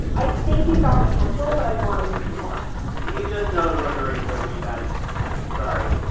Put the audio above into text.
i think he's got potential, but i wanted to see more he's just another lord of the rings boy to me, guys sorry,